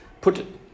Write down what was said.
put